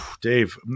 Dave